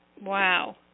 Wow